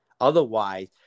Otherwise